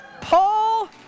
Paul